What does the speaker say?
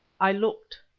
i looked,